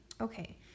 Okay